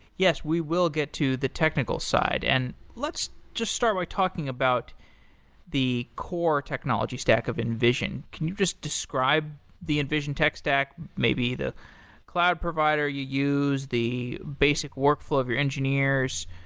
yes, we will get to the technical side. and let's just start by talking about the core technology stack of invision. can you just describe the invision tech stack, maybe the cloud provider you use, the basic workflow of your engineers.